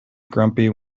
grumpy